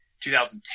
2010